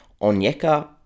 Onyeka